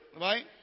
Right